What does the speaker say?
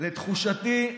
לתחושתי,